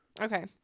Okay